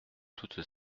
toutes